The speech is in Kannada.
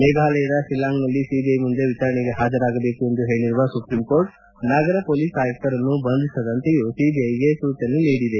ಮೇಘಾಲಯದ ಶಿಲ್ಲಾಂಗ್ನಲ್ಲಿ ಸಿಬಿಐ ಮುಂದೆ ವಿಚಾರಣೆಗೆ ಹಾಜರಾಗಬೇಕು ಎಂದು ಹೇಳರುವ ಸುಪ್ರೀಂ ಕೋರ್ಟ್ ನಗರ ಪೊಲೀಸ್ ಆಯುಕ್ತರನ್ನು ಬಂಧಿಸದಂತೆಯೂ ಸಿಬಿಐಗೆ ಸೂಚನೆ ನೀಡಿದೆ